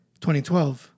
2012